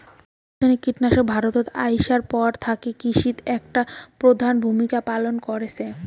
রাসায়নিক কীটনাশক ভারতত আইসার পর থাকি কৃষিত একটা প্রধান ভূমিকা পালন করসে